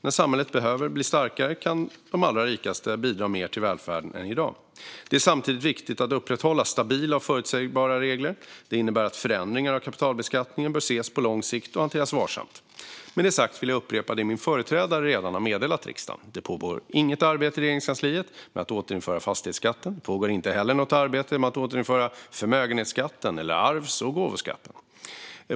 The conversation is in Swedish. När samhället behöver bli starkare kan de allra rikaste bidra mer till välfärden än i dag. Det är samtidigt viktigt att upprätthålla stabila och förutsägbara regler. Det innebär att förändringar av kapitalbeskattningen bör ses på lång sikt och hanteras varsamt. Med det sagt vill jag upprepa det min företrädare redan har meddelat riksdagen. Det pågår inget arbete inom Regeringskansliet med att återinföra fastighetsskatten. Det pågår inte heller något arbete med att återinföra förmögenhetsskatten eller arvs och gåvoskatten.